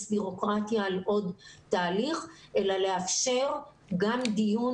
בירוקרטיה על עוד תהליך אלא לאפשר גם דיון.